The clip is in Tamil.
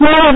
முன்னதாக